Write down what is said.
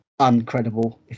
uncredible